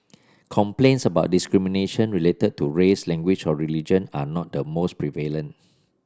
complaints about discrimination related to race language or religion are not the most prevalent